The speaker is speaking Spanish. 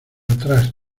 atrás